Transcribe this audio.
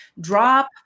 drop